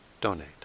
donate